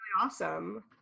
awesome